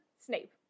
Snape